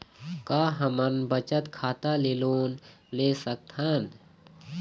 का हमन बचत खाता ले लोन सकथन?